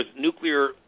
nuclear